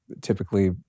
typically